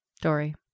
Dory